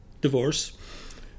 divorce